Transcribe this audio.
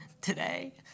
Today